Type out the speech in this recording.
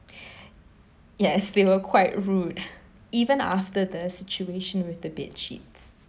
yes they were quite rude even after the situation with the bedsheet